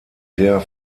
der